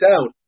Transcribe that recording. out